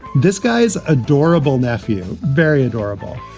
this guy's adorable nephew. very adorable.